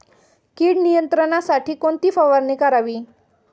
कीड नियंत्रणासाठी कोणती फवारणी करावी?